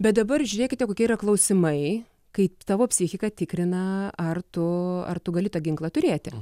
bet dabar žiūrėkite kokie yra klausimai kai tavo psichiką tikrina ar tu ar tu gali tą ginklą turėti